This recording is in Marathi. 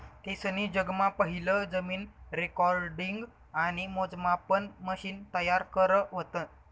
तेसनी जगमा पहिलं जमीन रेकॉर्डिंग आणि मोजमापन मशिन तयार करं व्हतं